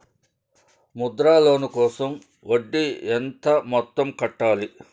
Mudra loan కోసం వడ్డీ ఎంత మొత్తం కట్టాలి